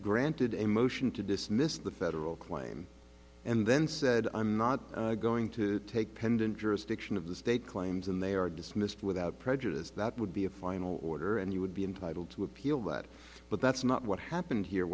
granted a motion to dismiss the federal claim and then said i'm not going to take pendent jurisdiction of the state claims and they are dismissed without prejudice that would be a final order and you would be entitled to appeal that but that's not what happened here